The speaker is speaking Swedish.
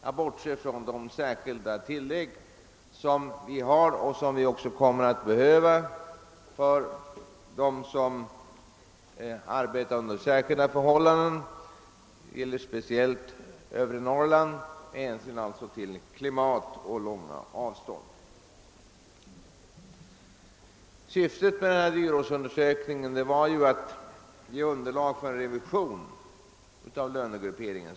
Jag bortser här från de särskilda tillägg som vi har och även kommer att behöva ha för dem som arbetar under särskilda förhållan den — det gäller speciellt övre Norrland. Syftet med dyrortsundersökningen var att den skulle ge underlag för en revision av lönegrupperingen.